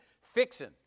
fixing